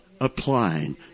applying